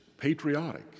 patriotic